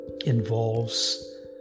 involves